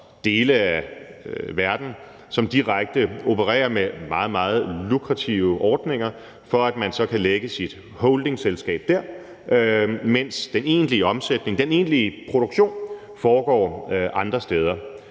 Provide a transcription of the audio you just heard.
dele af verden, som direkte opererer med meget, meget lukrative ordninger for, at man så kan lægge sit holdingselskab dér, mens den egentlige omsætning, den egentlig produktion, foregår andre steder